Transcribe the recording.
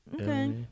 Okay